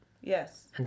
Yes